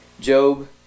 Job